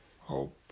hope